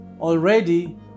already